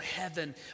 heaven